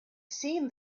seen